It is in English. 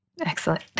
Excellent